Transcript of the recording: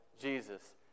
Jesus